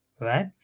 right